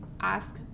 ask